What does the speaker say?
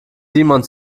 simon